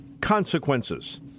consequences